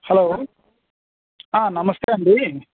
hello నమస్తే అండి